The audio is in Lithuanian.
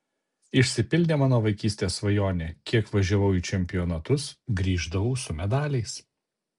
išsipildė mano vaikystės svajonė kiek važiavau į čempionatus grįždavau su medaliais